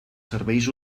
serveis